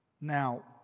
Now